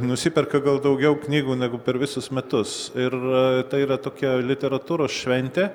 nusiperka gal daugiau knygų negu per visus metus ir tai yra tokia literatūros šventė